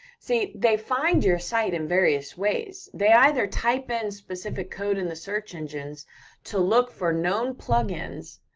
see, they find your site in various ways. they either type in specific code in the search engines to look for known plugins,